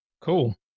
Cool